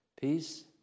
peace